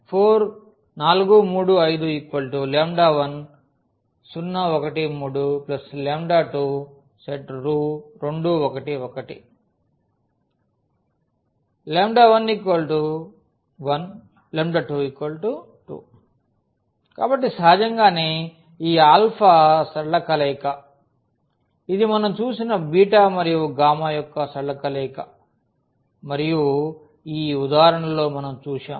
4 3 5 10 1 3 22 1 1 1 12 2 కాబట్టి సహజంగానే ఈ ఆల్ఫా సరళ కలయిక ఇది మనం చూసిన బీటా మరియు గామా యొక్క సరళ కలయిక మరియు ఈ ఉదాహరణలో మనం చూశాం